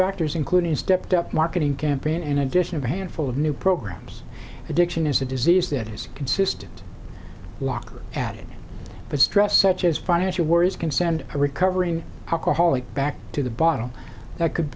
factors including a stepped up marketing campaign in addition of a handful of new programs addiction is a disease that is consistent walker added but stress such as financial worries can send a recovering alcoholic back to the bottle that could